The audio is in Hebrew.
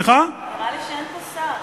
נראה לי שאין פה שר.